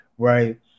Right